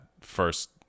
first